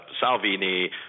Salvini